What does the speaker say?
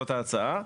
זאת ההצעה.